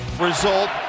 Result